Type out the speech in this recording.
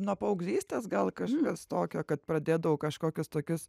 nuo paauglystės gal kažkas tokio kad pradėdavau kažkokius tokius